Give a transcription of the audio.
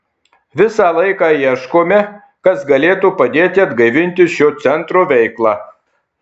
visą laiką ieškome kas galėtų padėti atgaivinti šio centro veiklą